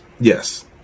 Yes